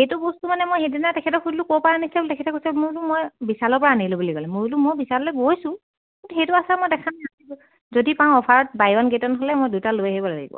সেইটো বস্তু মানে মই সেইদিনা তেখেতক সুধিলোঁ ক'ৰ পৰা আনিছে বোলো তেখতে কৈছে মই বোলো মই বিশালৰ পৰা আনিলোঁ বুলি ক'লে মই বোলো মই বিশালে গৈছোঁ কিন্তু সেইটো আছে মই দেখা নাই যদি পাওঁ অ'ফাৰত বাই ওৱান গেট ওৱান হ'লে মই দুটা লৈ আহিব লাগিব